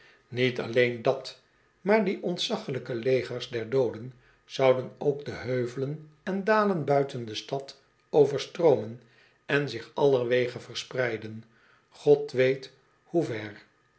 niet alleen dat maar die ontzaglijke legers der dooden zouden ook de heuvelen en dalen buiten de stad overstroom en en zich allerwege verspreiden god weet hoe ver